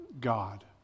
God